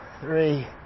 three